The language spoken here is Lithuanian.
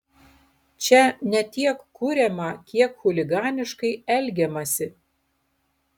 čia ne tiek kuriama kiek chuliganiškai elgiamasi